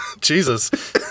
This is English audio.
Jesus